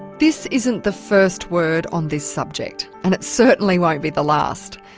this isn't the first word on this subject and it certainly won't be the last.